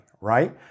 right